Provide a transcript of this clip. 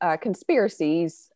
conspiracies